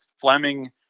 Fleming